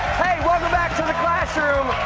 hey welcome back to the classh-room.